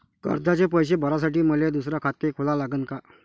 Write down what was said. कर्जाचे पैसे भरासाठी मले दुसरे खाते खोला लागन का?